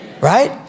Right